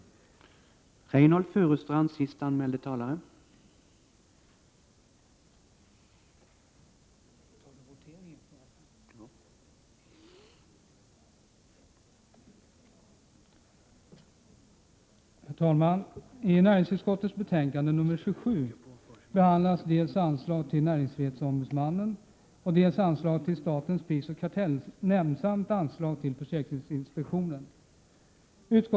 Siensprisi och kar